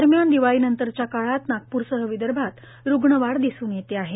दरम्यान दिवाळी नंतरच्या काळात नागपूरसह विदर्भात रुग्ण वाढ दिसून येते आहे